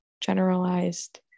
generalized